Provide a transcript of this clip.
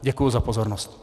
Děkuji za pozornost.